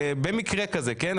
במקרה כזה כן,